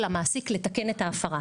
מסיום למעסיק לתקן את ההפרה.